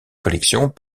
collections